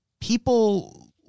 people